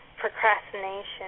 procrastination